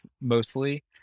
mostly